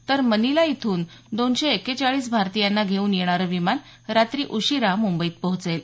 तर मनिला येथून दोनशे एकेचाळीस भारतीयांना घेऊन येणारं विमान रात्री उशिरा मुंबईत पोहचेल